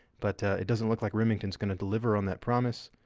but it doesn't look like remington's going to deliver on that promise.